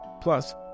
plus